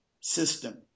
system